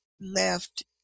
left